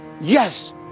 Yes